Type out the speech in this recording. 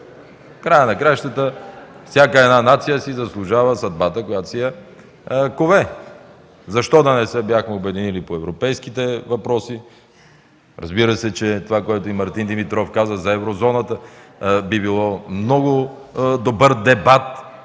края на краищата всяка една нация си заслужава съдбата, която си кове. Защо да не се бяхме обединили по европейските въпроси? Разбира се, това, което и Мартин Димитров каза за еврозоната, би било много добър дебат